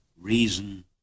reason